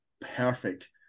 perfect